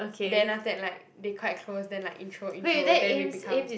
then after that like they quite close then like intro intro then we become